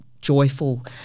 joyful